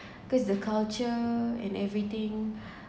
because the culture and everything